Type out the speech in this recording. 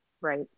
right